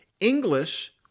English